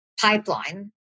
pipeline